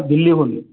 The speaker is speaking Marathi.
दिल्लीहून